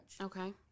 Okay